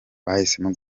bahisemo